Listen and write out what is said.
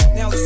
Now